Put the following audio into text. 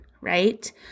right